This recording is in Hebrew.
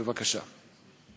בבקשה.